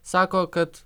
sako kad